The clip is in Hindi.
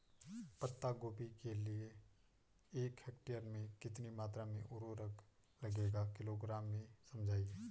पत्ता गोभी के लिए एक हेक्टेयर में कितनी मात्रा में उर्वरक लगेगा किलोग्राम में समझाइए?